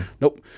Nope